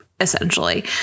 essentially